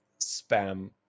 spam